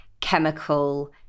chemical